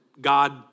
God